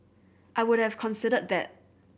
I would have considered that